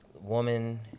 woman